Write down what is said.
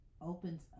opens